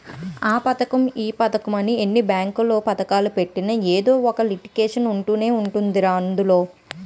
ఆ పదకం ఈ పదకమని ఎన్ని బేంకు పదకాలెట్టినా ఎదో ఒక లిటికేషన్ ఉంటనే ఉంటదిరా అందులో